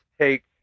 take